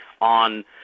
on